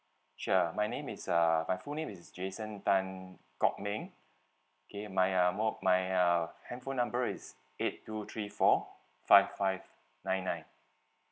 sure my name is uh my full name is jason tan kok ming K my uh mo~ my uh handphone number is eight two three four five five nine nine